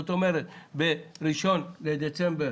כלומר ב-1 בדצמבר